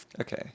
Okay